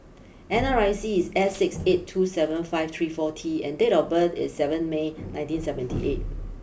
N R I C is S six eight two seven five three four T and date of birth is seven May nineteen seventy eight